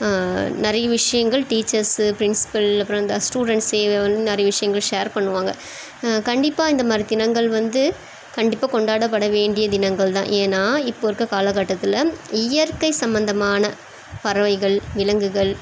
நிறைய விஷயங்கள் teachers principal அப்புறம் அந்த ஸ்டூடெண்ட்ஸேவும் நிறைய விஷயங்கள் ஷேர் பண்ணுவாங்க கண்டிப்பாக இந்தமாதிரி தினங்கள் வந்து கண்டிப்பாக கொண்டாடப்பட வேண்டிய தினங்கள்தான் ஏன்னால் இப்போ இருக்கற காலகட்டத்தில் இயற்கை சம்பந்தமான பறவைகள் விலங்குகள்